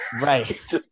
Right